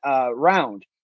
round